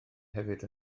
hefyd